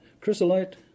chrysolite